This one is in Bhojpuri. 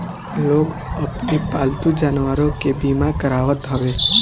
लोग अपनी पालतू जानवरों के बीमा करावत हवे